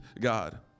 God